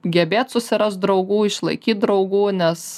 gebėt susirast draugų išlaikyt draugų nes